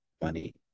money